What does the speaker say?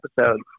episodes